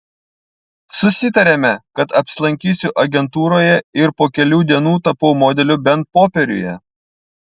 susitarėme kad apsilankysiu agentūroje ir po kelių dienų tapau modeliu bent popieriuje